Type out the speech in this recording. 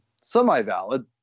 semi-valid